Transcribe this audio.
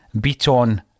Beaton